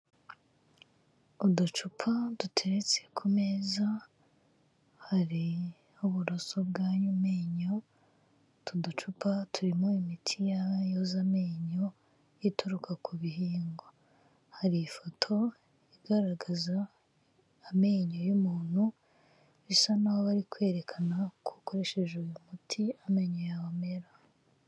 Uducupa duteretse ku meza, hari uburoso bw'ayo menyo; utu ducupa turimo imiti yoza amenyo, ituruka ku bihingwa. Hari ifoto, igaragaza amenyo y'umuntu, bisa naho bari kwerekana ko ukoresheje uyu muti, amenyo yawe amera.